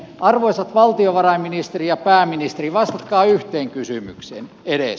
arvoisat valtiovarainministeri ja pääministeri vastatkaa yhteen kysymykseen edes